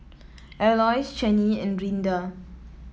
Aloys Chanie and Rinda